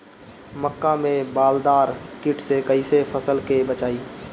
मक्का में बालदार कीट से कईसे फसल के बचाई?